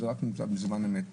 זה רק נמצא בזמן אמת.